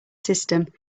system